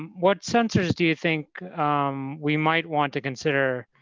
um what sensors do you think we might want to consider